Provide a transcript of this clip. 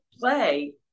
play